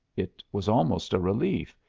it was almost a relief.